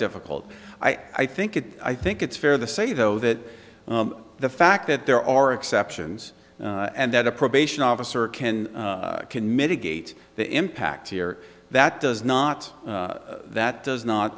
difficult i think it i think it's fair to say though that the fact that there are exceptions and that a probation officer can can mitigate the impact here that does not that does not